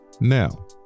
now